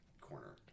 corner